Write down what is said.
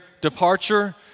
departure